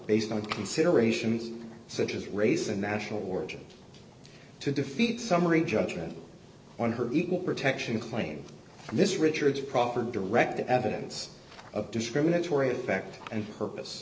based on considerations such as race and national origin to defeat summary judgment on her equal protection claim this richards proper direct evidence of discriminatory effect and purpose